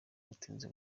gutinza